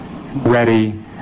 ready